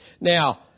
Now